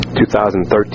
2013